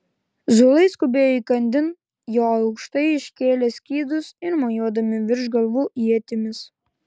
zulai skubėjo įkandin jo aukštai iškėlę skydus ir mojuodami virš galvų ietimis